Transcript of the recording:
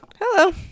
hello